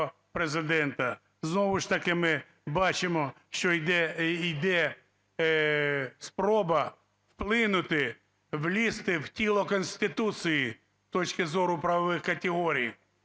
Президента. Знову ж таки, ми бачимо, що йде спроба вплинути, влізти в тіло Конституції з точки зору правових категорій,